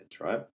right